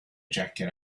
jacket